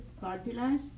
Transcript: cartilage